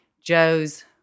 Joe's